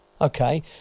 Okay